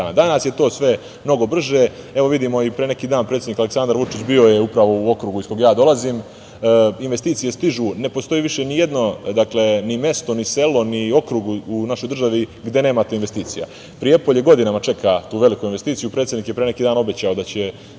je to sve mnogo brže, evo vidimo i pre neki dan predsednik Aleksandar Vučić bio je upravo u okrugu iz kojeg ja dolazim, investicije stižu, ne postoji više nijedno, dakle ni mesto, ni selo, ni okrug u našoj državi gde nemate investicija. Prijepolje godinama čeka tu veliku investiciju, predsednik je pre neki dan obećao da će